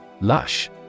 Lush